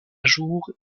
jour